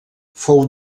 fou